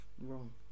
wrong